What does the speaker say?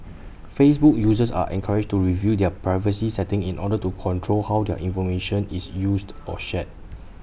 Facebook users are encouraged to review their privacy settings in order to control how their information is used or shared